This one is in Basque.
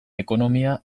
ekonomia